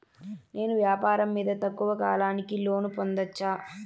నేను వ్యాపారం మీద తక్కువ కాలానికి లోను పొందొచ్చా?